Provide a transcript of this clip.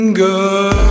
good